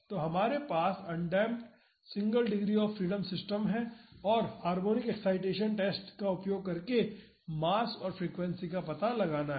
तो हमारे पास undamped single degree of freedom system है और हार्मोनिक एक्ससाइटेसन टेस्ट का उपयोग करके मास और फ्रीक्वेंसी का पता लगाना है